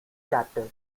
chapter